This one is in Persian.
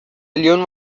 قلیون